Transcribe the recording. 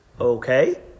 okay